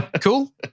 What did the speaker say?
Cool